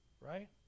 Right